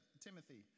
Timothy